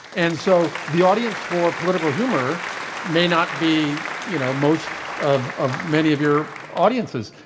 and so, the audience for political humor may not be, you know, most of of many of your audiences.